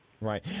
Right